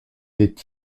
est